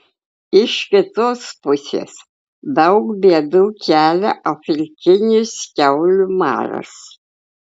iš kitos pusės daug bėdų kelia afrikinis kiaulių maras